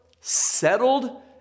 settled